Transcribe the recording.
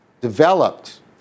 developed